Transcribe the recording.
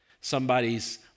somebody's